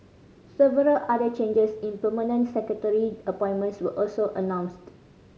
several other changes in permanent secretary appointments were also announced